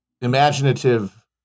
imaginative